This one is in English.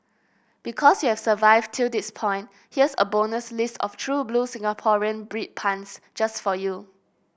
because you've survived till this point here is a bonus list of true blue Singaporean bread puns just for you